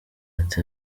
ati